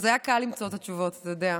היה קל למצוא את התשובות, אתה יודע.